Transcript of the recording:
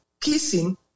kissing